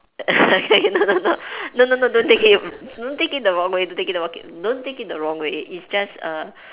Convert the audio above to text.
okay no no no no no no don't take it don't it the wrong way don't take the wrong way don't take a wrong way it's just err